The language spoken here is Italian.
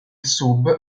sub